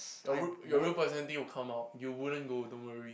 your rule your real personality will come out you wouldn't go don't worry